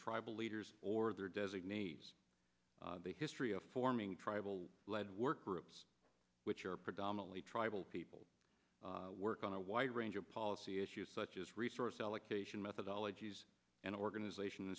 tribal leaders or their designates the history of forming tribal lead work groups which are predominately tribal people work on a wide range of policy issues such as resource allocation methodologies and organization